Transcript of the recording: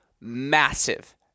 massive